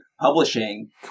publishing